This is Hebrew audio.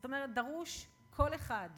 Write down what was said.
זאת אומרת, דרוש כל אחד